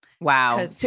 Wow